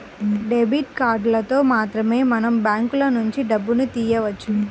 debit కార్డులతో మాత్రమే మనం బ్యాంకులనుంచి డబ్బును తియ్యవచ్చు